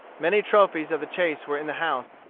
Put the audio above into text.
many trophies of the chase were in the house,